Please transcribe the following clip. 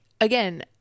again